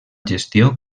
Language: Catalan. gestió